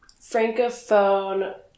francophone